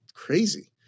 Crazy